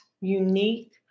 unique